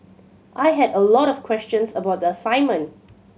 I had a lot of questions about the assignment